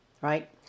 right